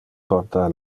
porta